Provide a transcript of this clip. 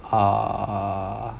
err